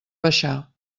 baixar